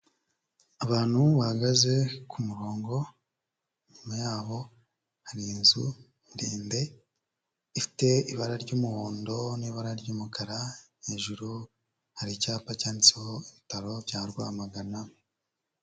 Abantu bahagaze ku murongo, inyuma yabo hari inzu ndende, ifite ibara ry'umuhondo n'ibara ry'umukara, hejuru hari icyapa cyanditseho ibitaro bya Rwamagana.